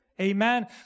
Amen